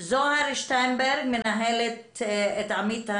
זהר שטיינברג מנהלת את עמית